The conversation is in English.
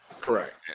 Correct